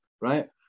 right